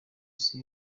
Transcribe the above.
isi